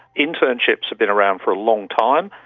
internships have been around for a long time.